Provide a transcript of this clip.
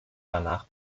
danach